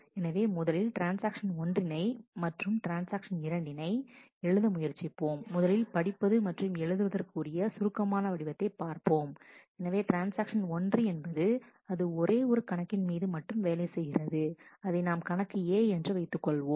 எனவே முதலில் ட்ரான்ஸ்ஆக்ஷன் ஒன்றினை மற்றும் ட்ரான்ஸ்ஆக்ஷன் இரண்டினை எழுத முயற்சிப்போம் முதலில் படிப்பது மற்றும் எழுதுவதற்கு உரிய சுருக்கமான வடிவத்தை பார்ப்போம் எனவே ட்ரான்ஸ்ஆக்ஷன் 1 என்பது அது ஒரே ஒரு கணக்கின் மீது மட்டும் வேலை செய்கிறது அதை நாம் கணக்குA என்று வைத்துக் கொள்வோம்